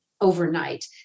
overnight